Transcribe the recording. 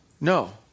No